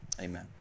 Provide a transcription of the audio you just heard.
amen